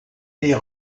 des